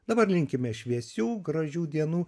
dabar linkime šviesių gražių dienų